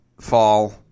fall